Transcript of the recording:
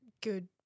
good